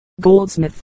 Goldsmith